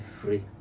free